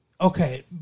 Okay